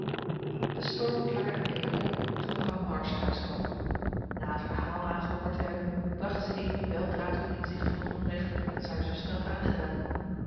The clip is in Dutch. de storm klaarde beneden op toen mevrouw march thuiskwam na het verhaal aangehoord te hebben bracht ze amy weldra tot inzicht van het onrecht dat ze haar zuster had aangedaan